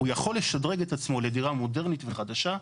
הוא יכול לשדרג את עצמו לדירה מודרנית וחדשה.